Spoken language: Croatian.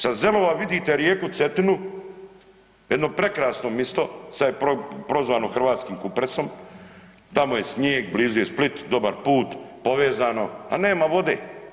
Sa Zelova vidite rijeku Cetinu jedno prekrasno misto, sad je prozvano „Hrvatskim Kupresom“, tamo je snijeg, blizu je Split, dobar put, povezano, ali nema vode.